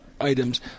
items